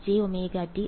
വിദ്യാർത്ഥിjω